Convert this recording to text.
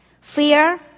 fear